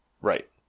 right